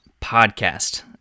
Podcast